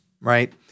right